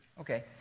Okay